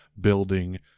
building